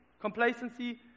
complacency